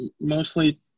mostly